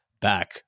back